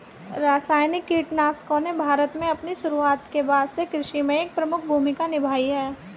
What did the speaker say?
रासायनिक कीटनाशकों ने भारत में अपनी शुरुआत के बाद से कृषि में एक प्रमुख भूमिका निभाई है